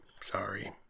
Sorry